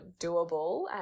doable